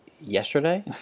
yesterday